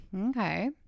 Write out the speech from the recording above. okay